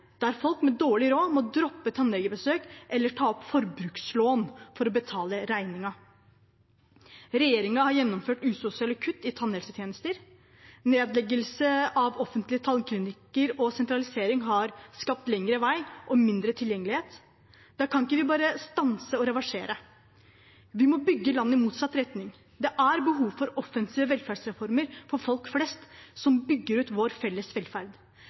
der folk med dårlig råd må droppe tannlegebesøk eller ta opp forbrukslån for å betale regningen. Regjeringen har gjennomført usosiale kutt i tannhelsetjenester. Nedleggelse av offentlige klinikker og sentralisering har skapt lengre vei og mindre tilgjengelighet. Da kan vi ikke bare stanse og reversere; vi må bygge landet i motsatt retning. Det er behov for offentlige velferdsreformer for folk flest som bygger ut vår felles velferd.